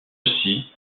aussi